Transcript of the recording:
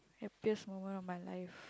happiest moment of my life